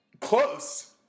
Close